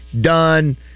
done